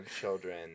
children